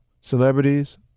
celebrities